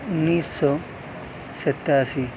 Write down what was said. انیس سو ستاسی